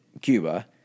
Cuba